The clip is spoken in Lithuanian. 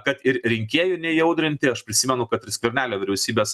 kad ir rinkėjų neįaudrinti aš prisimenu kad ir skvernelio vyriausybės